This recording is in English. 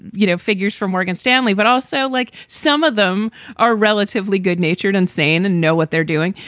you know, figures for morgan stanley, but also, like some of them are relatively good natured and sane and know what they're doing.